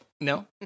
No